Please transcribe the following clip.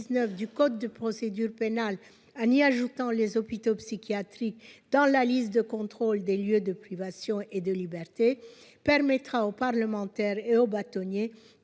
du code de procédure pénale, en ajoutant les hôpitaux psychiatriques dans la liste de contrôle des lieux de privation de liberté, permettra aux parlementaires et aux bâtonniers